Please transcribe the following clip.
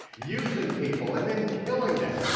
using people and then killing them,